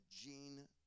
Gene